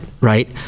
right